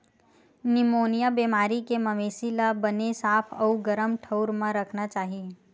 pneumonia बेमारी के मवेशी ल बने साफ अउ गरम ठउर म राखना चाही